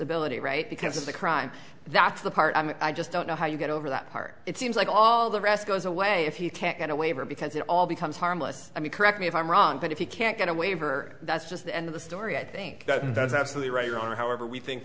ability right because of the crime that's the part i just don't know how you get over that part it seems like all the rest goes away if he can't get a waiver because it all becomes harmless i mean correct me if i'm wrong but if you can't get a waiver that's just the end of the story i think that's absolutely right on however we think